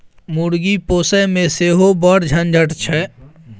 मुर्गी पोसयमे सेहो बड़ झंझट छै